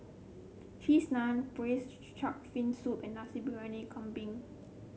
Cheese Naan braised fin soup and Nasi Briyani Kambing